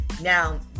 Now